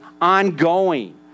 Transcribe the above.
ongoing